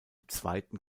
zweiten